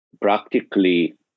Practically